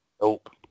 Nope